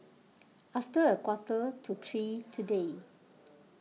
after a quarter to three today